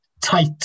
tight